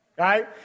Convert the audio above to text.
Right